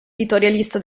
editorialista